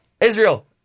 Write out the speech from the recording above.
Israel